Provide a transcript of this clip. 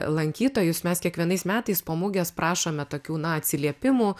lankytojus mes kiekvienais metais po mugės prašome tokių na atsiliepimų